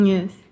Yes